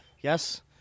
Yes